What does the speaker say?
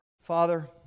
Father